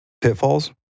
Pitfalls